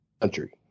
country